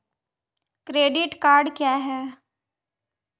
Credit card क्या है?